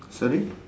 sorry